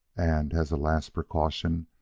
and, as a last precaution,